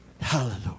Hallelujah